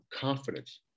confidence